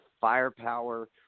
firepower